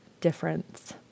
difference